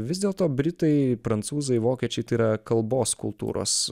vis dėlto britai prancūzai vokiečiai tai yra kalbos kultūros